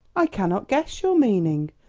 i cannot guess your meaning,